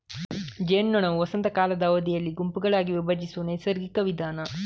ಜೇನ್ನೊಣವು ವಸಂತ ಕಾಲದ ಅವಧಿಯಲ್ಲಿ ಗುಂಪುಗಳಾಗಿ ವಿಭಜಿಸುವ ನೈಸರ್ಗಿಕ ವಿಧಾನ